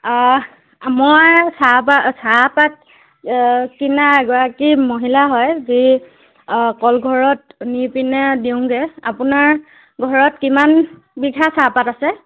মই চাহপা চাহপাত কিনা এগৰাকী মহিলা হয় যি কলঘৰত নিপিনে দিওঁগে আপোনাৰ ঘৰত কিমান বিঘা চাহপাত আছে